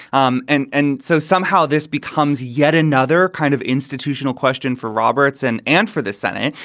um and and so somehow this becomes yet another kind of institutional question for roberts and and for the senate,